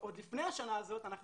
ועוד לפני השנה הזו אנחנו